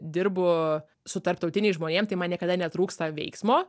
dirbu su tarptautiniais žmonėm tai man niekada netrūksta veiksmo